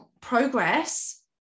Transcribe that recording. progress